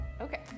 Okay